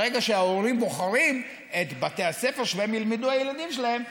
ברגע שההורים בוחרים את בתי הספר שבהם ילמדו הילדים שלהם,